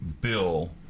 bill